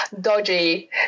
dodgy